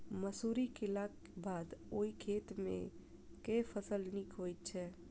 मसूरी केलाक बाद ओई खेत मे केँ फसल नीक होइत छै?